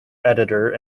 editor